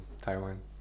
Taiwan